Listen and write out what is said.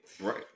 Right